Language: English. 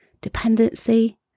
dependency